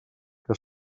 que